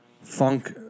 Funk